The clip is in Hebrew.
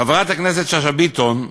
חברת הכנסת שאשא ביטון,